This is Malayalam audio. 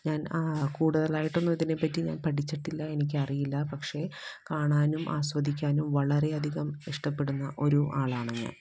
ഞാന് കൂടുതലായിട്ടൊന്നും ഇതിനെ പറ്റി ഞാന് പഠിച്ചിട്ടില്ല എനിക്കറിയില്ല പക്ഷെ കാണാനും ആസ്വദിക്കാനും വളരേയധികം ഇഷ്ടപ്പെടുന്ന ഒരു ആളാണ് ഞാന്